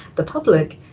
the public,